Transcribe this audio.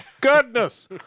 Goodness